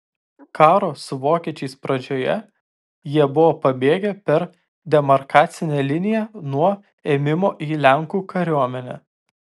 karo su vokiečiais pradžioje jie buvo pabėgę per demarkacinę liniją nuo ėmimo į lenkų kariuomenę